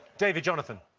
david, jonathan?